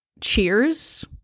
cheers